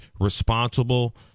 responsible